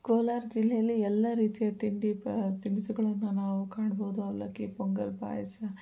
ಕೋಲಾರ ಜಿಲ್ಲೆಯಲ್ಲಿ ಎಲ್ಲ ರೀತಿಯ ತಿಂಡಿ ತಿನಿಸುಗಳನ್ನು ನಾವು ಕಾಣ್ಬೋದು ಅವಲಕ್ಕಿ ಪೊಂಗಲ್ ಪಾಯಸ